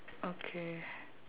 okay